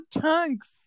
chunks